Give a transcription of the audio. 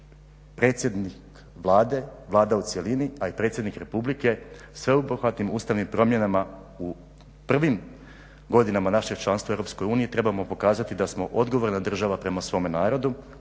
predsjednik Vlade, Vlada u cjelini, a i predsjednik Republike, sveobuhvatnim Ustavnim promjenama u prvim godinama našeg članstva u EU trebamo pokazati da smo odgovorna država prema svome narodu,